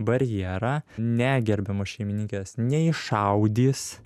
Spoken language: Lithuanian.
barjerą ne gerbiamos šeimininkės neiššaudys